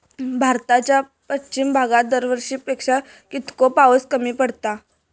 भारताच्या पश्चिम भागात दरवर्षी पेक्षा कीतको पाऊस कमी पडता?